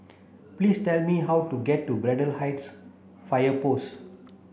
please tell me how to get to Braddell Heights Fire Post